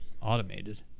automated